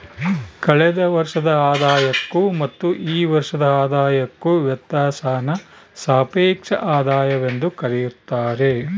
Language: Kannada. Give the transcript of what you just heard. ಕಳೆದ ವರ್ಷದ ಆದಾಯಕ್ಕೂ ಮತ್ತು ಈ ವರ್ಷದ ಆದಾಯಕ್ಕೂ ವ್ಯತ್ಯಾಸಾನ ಸಾಪೇಕ್ಷ ಆದಾಯವೆಂದು ಕರೆಯುತ್ತಾರೆ